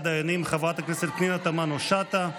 דיינים חברת הכנסת פנינה תמנו שטה.